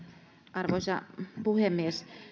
arvoisa puhemies